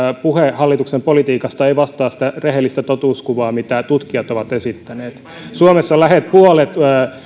puhe hallituksen politiikasta ei vastaa sitä rehellistä totuuskuvaa mitä tutkijat ovat esittäneet suomessa lähes puolet